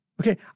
Okay